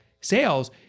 sales